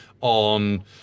on